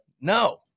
No